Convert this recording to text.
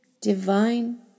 divine